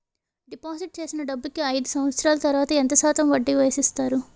Deposit చేసిన డబ్బుకి అయిదు సంవత్సరాల తర్వాత ఎంత శాతం వడ్డీ వేసి ఇస్తారు?